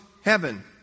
heaven